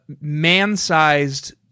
man-sized